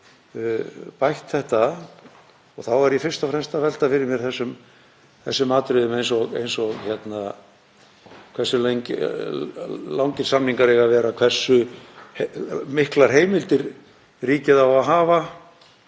bætt þetta. Þá er ég fyrst og fremst að velta fyrir mér þessum atriðum eins og hversu langir samningar eiga að vera og hversu miklar heimildir ríkið á að hafa,